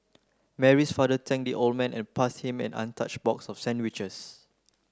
Mary's father thanked the old man and passed him an untouched box of sandwiches